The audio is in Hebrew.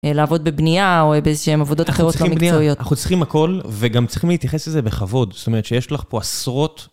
לעבוד בבנייה או באיזשהן עבודות אחרות לא מקצועיות. אנחנו צריכים הכל, וגם צריכים להתייחס לזה בכבוד. זאת אומרת שיש לך פה עשרות...